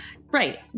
Right